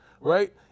right